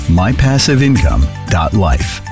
mypassiveincome.life